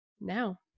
now